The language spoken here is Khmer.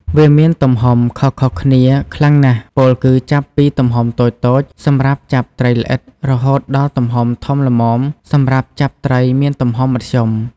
វាមានទំហំខុសៗគ្នាខ្លាំងណាស់ ពោលគឺចាប់ពីទំហំតូចៗសម្រាប់ចាប់ត្រីល្អិតរហូតដល់ទំហំធំល្មមសម្រាប់ចាប់ត្រីមានទំហំមធ្យម។